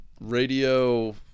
radio